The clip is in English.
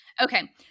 Okay